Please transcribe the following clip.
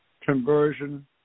conversion